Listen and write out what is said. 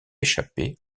échapper